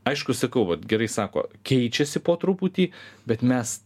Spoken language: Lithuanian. aišku sakau vat gerai sako keičiasi po truputį bet mes